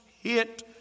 hit